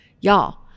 y'all